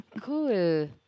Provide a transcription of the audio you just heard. cool